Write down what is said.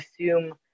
assume